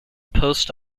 post